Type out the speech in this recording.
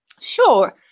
Sure